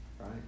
right